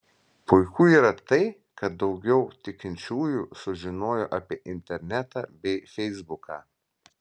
puiku yra tai kad daugiau tikinčiųjų sužinojo apie internetą bei feisbuką